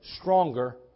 stronger